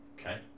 Okay